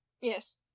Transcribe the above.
yes